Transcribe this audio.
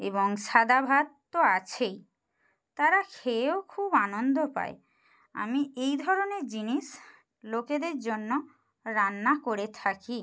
এবং সাদা ভাত তো আছেই তারা খেয়েও খুব আনন্দ পায় আমি এই ধরনের জিনিস লোকেদের জন্য রান্না করে থাকি